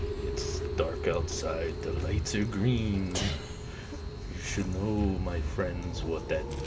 it's dark outside the lights are green you should move my friends what